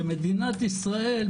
שמדינת ישראל,